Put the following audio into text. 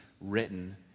written